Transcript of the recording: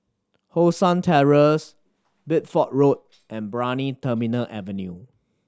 Hong San Terrace Bideford Road and Brani Terminal Avenue